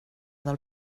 del